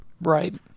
Right